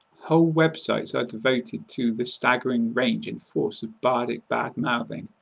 whole websites are devoted to the staggering range and force of bardic bad-mouthing.